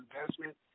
investment